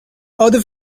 other